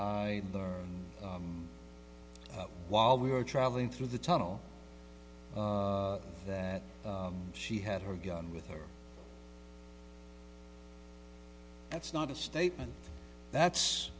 i learned while we were traveling through the tunnel that she had her gun with her that's not a statement that's